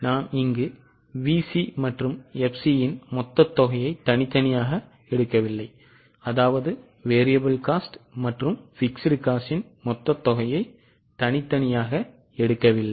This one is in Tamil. நாம் இங்கு VC மற்றும் FC யின் மொத்த தொகையை தனித்தனியாக எடுக்கவில்லை